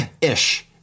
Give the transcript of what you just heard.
ish